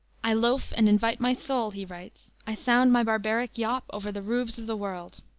i loafe and invite my soul, he writes i sound my barbaric yawp over the roofs of the world.